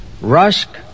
Rusk